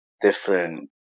different